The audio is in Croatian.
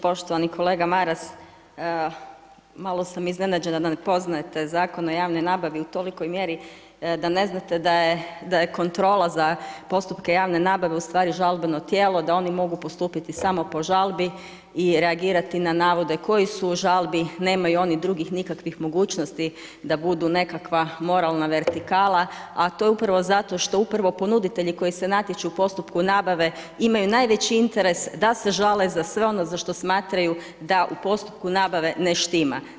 Poštovani kolega Maras, malo sam iznenađena da ne poznajete Zakon o javnoj nabavi u tolikoj mjeri da ne znate da je kontrola za postupke javne nabave ustvari žalbeno tijelo da oni mogu postupiti samo po žalbi i reagirati na navode koji su u žalbi, nemaju oni drugih nikakvih mogućnosti da budu nekakva moralna vertikala, a to je upravo zato što upravo ponuditelji koji se natječu u postupku nabave imaju najveći interes da se žale za sve ono za što smatraju da u postupku nabave ne štima.